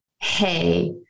hey